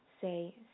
Say